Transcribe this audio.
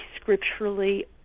scripturally